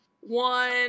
one